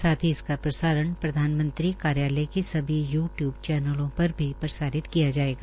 साथ ही इसका प्रसारण प्रधानमंत्री कार्यालयय के सभी यू टयूब चैनलों पर भी प्रसारित किया जायेगा